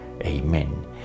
Amen